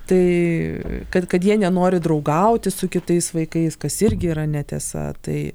tai kad kad jie nenori draugauti su kitais vaikais kas irgi yra netiesa tai